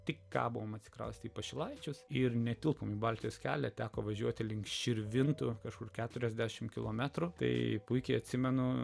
tik ką buvom atsikraustę į pašilaičiuos ir netilpom į baltijos kelią teko važiuoti link širvintų kažkur keturiasdešim kilometrų tai puikiai atsimenu